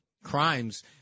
Crimes